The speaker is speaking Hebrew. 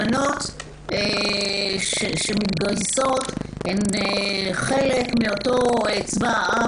הבנות שמתגייסות הן חלק מאותו צבא העם,